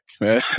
man